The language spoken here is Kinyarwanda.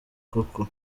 koko